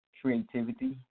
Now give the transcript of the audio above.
creativity